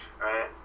right